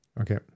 okay